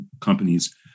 companies